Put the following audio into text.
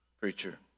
preacher